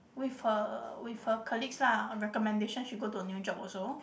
with her with her colleagues lah on recommendation she go to a new job also